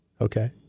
okay